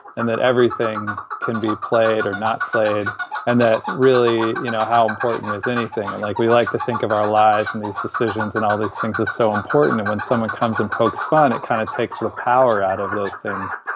and that everything can be played or not played and that, really, you know, how important is anything. and, like, we like to think of our lives and these decisions and all these things as so important and when someone comes and pokes fun, it kind of takes the power out of those things.